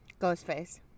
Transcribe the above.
Ghostface